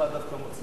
דווקא מוצלח מאוד.